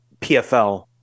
pfl